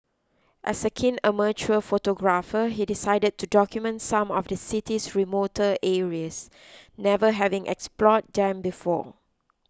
as a keen amateur photographer he decided to document some of the city's remoter areas never having explored them before